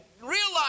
realize